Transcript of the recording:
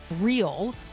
real